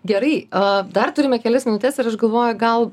gerai a dar turime kelias minutes ir aš galvoju gal